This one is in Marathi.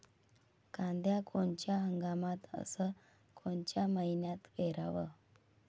कांद्या कोनच्या हंगामात अस कोनच्या मईन्यात पेरावं?